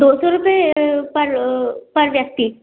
दो सौ रुपए पर पर व्यक्ति